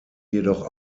jedoch